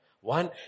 One